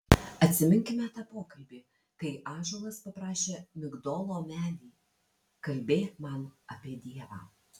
atsiminkime tą pokalbį kai ąžuolas paprašė migdolo medį kalbėk man apie dievą